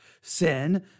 Sin